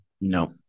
No